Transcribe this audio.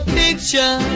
picture